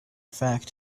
fact